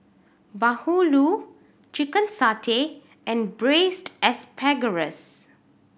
bahulu chicken satay and Braised Asparagus